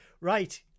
right